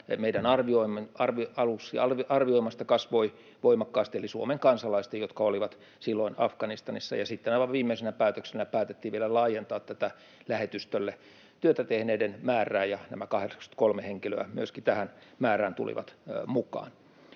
aluksi arvioimastamme kasvoi voimakkaasti, eli Suomen kansalaisten, jotka olivat silloin Afganistanissa, ja sitten aivan viimeisenä päätöksenä päätettiin vielä laajentaa tätä lähetystölle työtä tehneiden määrää, ja nämä 83 henkilöä myöskin tähän määrään tulivat mukaan.